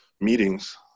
meetings